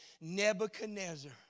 Nebuchadnezzar